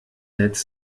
netz